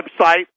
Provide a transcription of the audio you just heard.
website